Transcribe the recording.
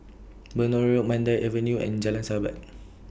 Benoi Road Mandai Avenue and Jalan Sahabat